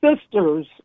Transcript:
sisters